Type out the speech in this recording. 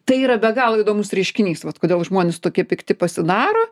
tai yra be galo įdomus reiškinys vat kodėl žmonės tokie pikti pasidaro